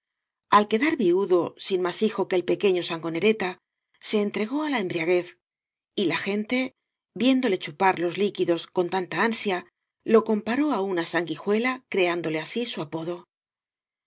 ai quedar viudo sin más hijo que el pequeño sangonereta se entregó á la embriaguez y la gente viéndole chupar los líquidos con tanta ansia lo comparó á una sanguijuela creándole así su apodo